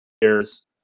years